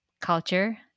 culture